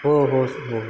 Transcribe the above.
हो हो हो हो